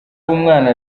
umwana